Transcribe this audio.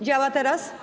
Działa teraz?